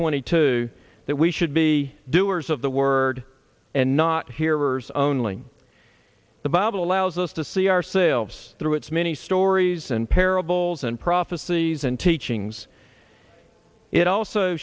twenty two that we should be doers of the word and not hearers only the bible allows us to see ourselves through its many stories and parables and prophecies and teachings it also